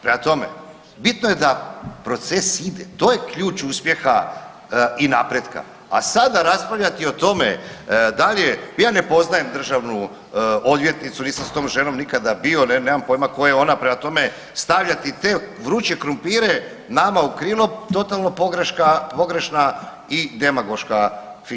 Prema tome, bitno je da proces ide, to je ključ uspjeha i napretka, a sada raspravljati o tome da li je, ja ne poznajem državnu odvjetnicu, nisam s tom ženom nikada bio, nemam pojma ko je ona, prema tome stavljati te vruće krumpire nama u krilo totalno pogreška, pogrešna i demagoška finta.